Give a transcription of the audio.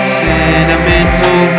sentimental